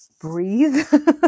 breathe